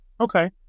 okay